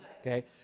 okay